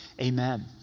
Amen